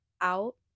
out